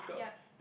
yup